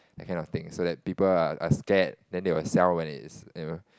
that kind of thing so that people are are scared then they will sell when it's you know